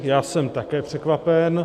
Já jsem také překvapen.